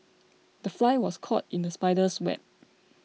the fly was caught in the spider's web